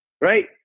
right